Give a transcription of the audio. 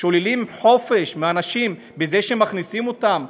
שוללים חופש מאנשים בזה שמכניסים אותם